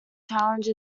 challenge